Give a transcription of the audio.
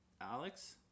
Alex